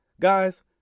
guys